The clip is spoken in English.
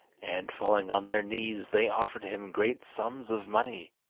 and, falling on their knees, they offered him great sums of money,